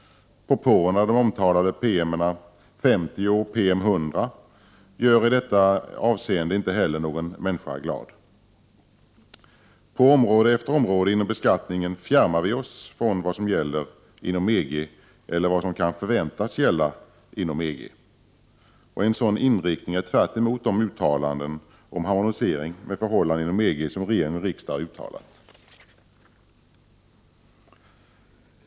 Propåerna i de omtalade PM 50 och PM 100 gör i detta avseende inte heller någon människa glad. På område efter område inom beskattningen fjärmar vi oss från vad som gäller inom EG eller vad som kan förväntas gälla inom EG. En sådan inriktning är tvärtemot de uttalanden om harmonisering med förhållandena inom EG som regering och riksdag har uttalat.